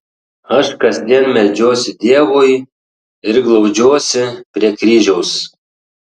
aš kasdien meldžiuosi dievui ir glaudžiuosi prie kryžiaus